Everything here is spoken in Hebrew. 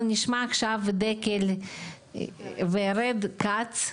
אנחנו נשמע עכשיו את דקל ורד כץ,